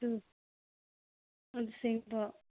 ꯑꯗꯨ ꯑꯁꯦꯡꯕ